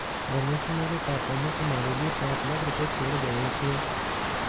रमेश तुम्हारे पापा ने तुम्हारे लिए पांच लाख रुपए छोड़े गए थे